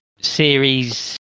series